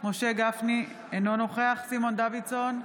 משה גפני, אינו נוכח סימון דוידסון,